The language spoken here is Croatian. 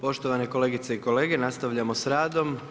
Poštovane kolegice i kolege nastavljamo s radom.